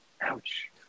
Ouch